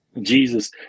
jesus